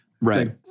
Right